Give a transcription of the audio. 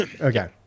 Okay